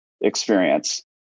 experience